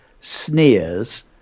sneers